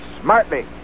smartly